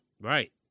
Right